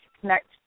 connect